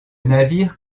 navire